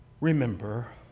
remember